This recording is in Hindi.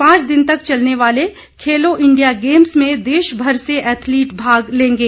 पांच दिन तक चलने वाले खेलो इंडिया गेम्स में देश भर से एथलीट भाग लेंगे